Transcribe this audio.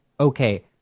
okay